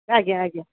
ଆଜ୍ଞା ଆଜ୍ଞା